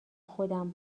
خودم